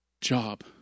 job